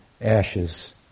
ashes